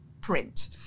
print